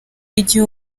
igihe